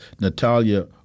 Natalia